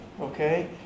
okay